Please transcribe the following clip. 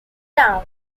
town